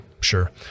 sure